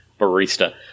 barista